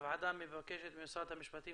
הוועדה מבקשת ממשרד המשפטים